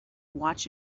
watch